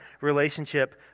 relationship